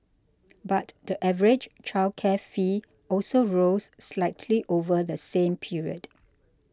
but the average childcare fee also rose slightly over the same period